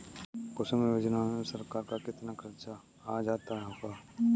कुसुम योजना में सरकार का कितना खर्चा आ जाता होगा